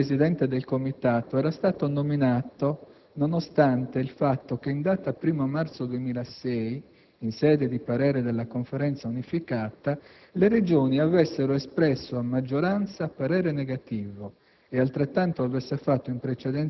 Peraltro, il Presidente del Comitato era stato nominato nonostante il fatto che in data 1º marzo 2006, in sede di parere della Conferenza unificata, le Regioni avessero espresso a maggioranza parere negativo